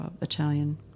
Italian